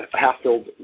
half-filled